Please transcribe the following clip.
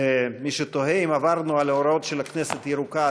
מי שתוהה אם עברנו על ההוראות של כנסת ירוקה,